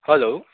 hello